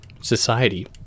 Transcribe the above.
society